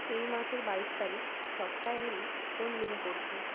এই মাসের বাইশ তারিখ সপ্তাহেরই কোন দিন পড়ছে